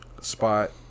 spot